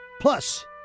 Plus